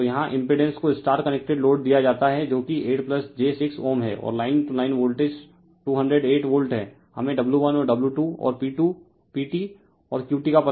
तो यहाँ इम्पिड़ेंस को स्टार कनेक्टेड लोड दिया जाता है जो कि 8 j 6 Ω है और line to line voltage 208 volt है हमें W1 और W2 और PT और QT का पता लगाना है